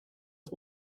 dat